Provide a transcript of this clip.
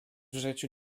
życiu